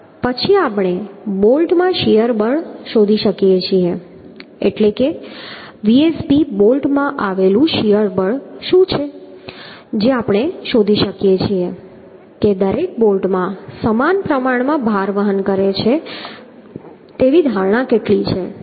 પછી આપણે બોલ્ટમાં શીયર બળ શોધી શકીએ છીએ એટલે કે Vsb બોલ્ટમાં આવેલું શીયર બળ શું છે જે આપણે શોધી શકીએ છીએ કે દરેક બોલ્ટ સમાન પ્રમાણમાં ભાર વહન કરે છે તેવી ધારણા કેટલી છે